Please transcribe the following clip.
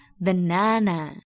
banana